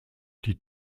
die